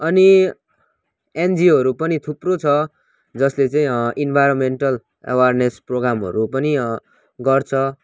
अनि एनजिओहरू पनि थुप्रो छ जसले चाहिँ इन्भाइरोमेन्टल अवेर्नेस प्रोग्रामहरू पनि गर्छ